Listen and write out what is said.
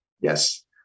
Yes